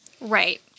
Right